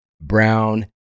brown